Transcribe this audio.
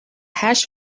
hash